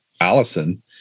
Allison